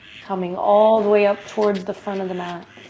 coming all the way up towards the front of the mat,